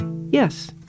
Yes